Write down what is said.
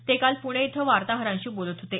ते काल पुणे इथं वार्ताहरांशी बोलत होते